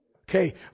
Okay